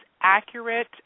accurate